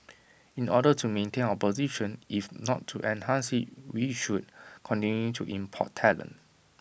in order to maintain our position if not to enhance IT we should continue to import talent